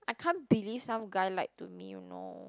I can't believe some guy lied to me you know